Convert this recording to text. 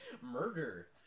Murder